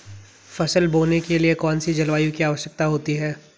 फसल बोने के लिए कौन सी जलवायु की आवश्यकता होती है?